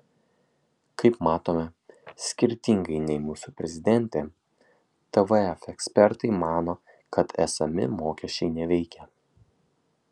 kaip matome skirtingai nei mūsų prezidentė tvf ekspertai mato kad esami mokesčiai neveikia